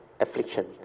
affliction